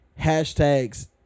hashtags